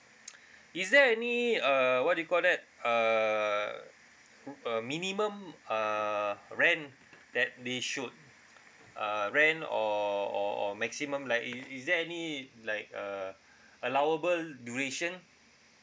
is there any err what do you call that err a minimum err rent that they should err rent or or or maximum like is is there any like err allowable duration